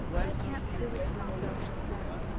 but i can't prove it to myself just now.